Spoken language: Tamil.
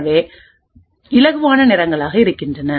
எனவே இலகுவான நிறங்களாக இருக்கின்றன